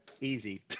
easy